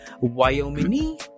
Wyoming